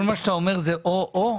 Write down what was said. כל מה שאתה אומר זה או או?